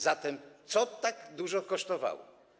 Zatem co tak dużo kosztowało?